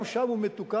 גם שם הוא מתוקן,